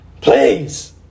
Please